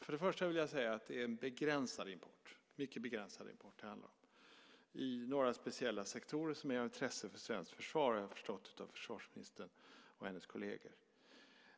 Först och främst vill jag säga att det är en mycket begränsad import som det handlar om i några speciella sektorer som är av intresse för svenskt försvar. Detta har jag förstått av försvarsministern och hennes kolleger.